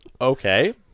okay